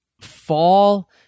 fall